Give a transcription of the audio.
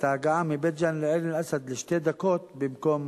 ההגעה מבית-ג'ן לעין-אל-אסד לשתי דקות במקום